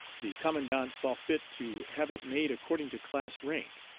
the commandant saw fit to have it made according to class rank.